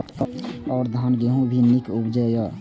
और धान गेहूँ भी निक उपजे ईय?